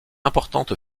importante